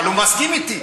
אבל הוא מסכים אתי.